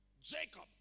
Jacob